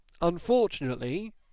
Unfortunately